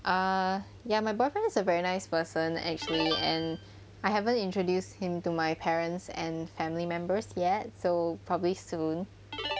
err ya my boyfriend is a very nice person actually and I haven't introduced him to my parents and family members yet so probably soon